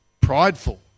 prideful